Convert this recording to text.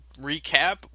recap